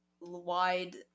wide